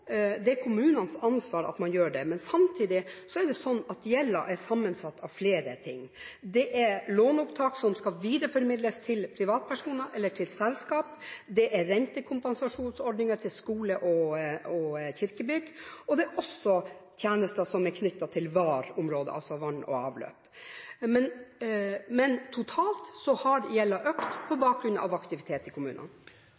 det er kommunenes ansvar. Men samtidig er det slik at gjelden er sammensatt av flere ting. Det er låneopptak som skal videreformidles til privatpersoner eller til selskap, det er rentekompensasjonsordninger til skole- og kirkebygg, og det er tjenester som er knyttet til VAR-området, dvs. vann og avløp. Men totalt har gjelden økt på